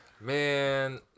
Man